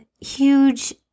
huge